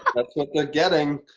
that's what they're getting!